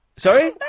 Sorry